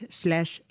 slash